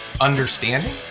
understanding